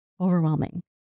overwhelming